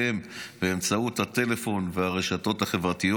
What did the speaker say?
באמצעות הטלפון והרשתות החברתיות